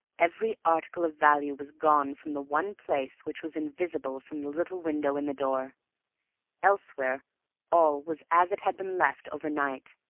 every article of value was gone from the one place which was invisible from the little window in the door elsewhere all was as it had been left overnight.